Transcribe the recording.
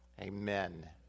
amen